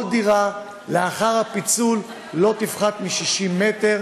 כל דירה לאחר הפיצול לא תפחת מ-60 מ"ר,